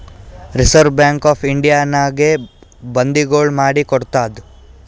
reserve bank of ಇಂಡಿಯಾನಾಗೆ ಬಂದಿಗೊಳ್ ಮಾಡಿ ಕೊಡ್ತಾದ್